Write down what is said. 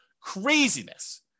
Craziness